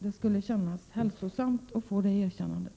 Det skulle kännas hälsosamt att få det erkännandet.